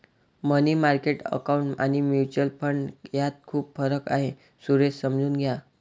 मनी market account आणि mutual fund यात खूप फरक आहे, सुरेश समजून घ्या